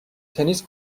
تنیس